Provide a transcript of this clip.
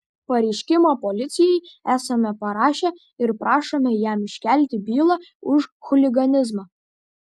pareiškimą policijai esame parašę ir prašome jam iškelti bylą už chuliganizmą